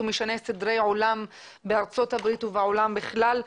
הוא משנה סדרי עולם בארצות הברית ובעולם בכלל.